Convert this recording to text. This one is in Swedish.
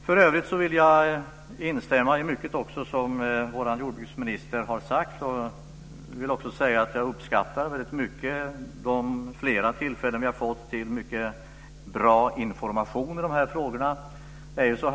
För övrigt vill jag instämma i mycket av det som vår jordbruksminister har sagt. Jag vill också säga att jag väldigt mycket uppskattar alla de tillfällen då vi har fått mycket bra information i de här frågorna.